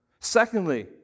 Secondly